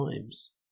times